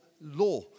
law